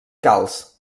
calç